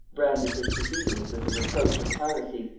branded his proceedings with the reproach of piracy,